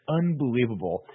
unbelievable